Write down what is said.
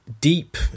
deep